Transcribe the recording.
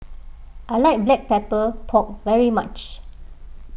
I like Black Pepper Pork very much